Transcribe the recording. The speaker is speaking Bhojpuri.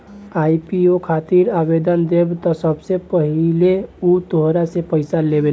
आई.पी.ओ खातिर आवेदन देबऽ त सबसे पहिले उ तोहरा से पइसा लेबेला